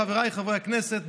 חבריי חברי הכנסת,